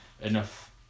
enough